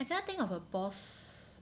I cannot think of a boss